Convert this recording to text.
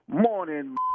Morning